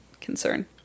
concern